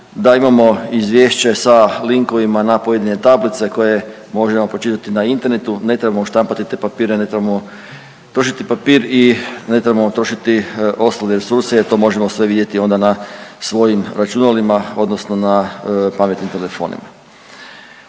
da imamo izvješće sa linkovima na pojedine tablice koje možemo pročitati na internetu. Ne trebamo štampati te papire, ne trebamo trošiti papir i ne trebamo trošiti ostale resurse jer to možemo sve vidjeti onda na svojim računalima, odnosno na pametnim telefonima.